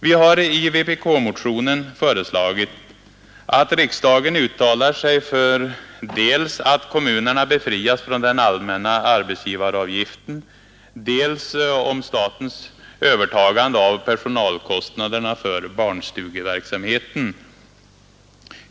Vi har i vpk-motionen föreslagit att riksdagen uttalar sig för dels att kommunerna befrias från den allmänna arbetsgivaravgiften, dels att staten övertar personalkostnaderna för barnstugeverksamheten.